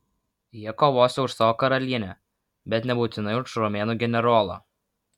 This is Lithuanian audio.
jie kovosią už savo karalienę bet nebūtinai už romėnų generolą